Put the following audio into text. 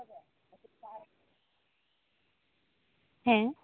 ᱦᱮᱸ